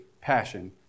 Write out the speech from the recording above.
passion